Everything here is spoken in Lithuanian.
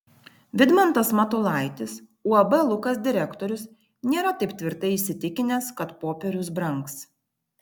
vidmantas matulaitis uab lukas direktorius nėra taip tvirtai įsitikinęs kad popierius brangs